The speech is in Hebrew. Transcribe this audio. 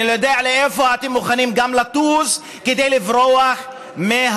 אני לא יודע לאיפה אתם מוכנים גם לטוס כדי לברוח מהאחריות.